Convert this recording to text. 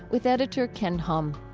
with editor ken hom.